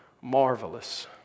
marvelous